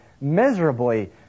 miserably